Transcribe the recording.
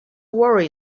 worry